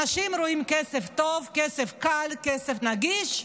אנשים רואים כסף טוב, כסף קל, כסף נגיש,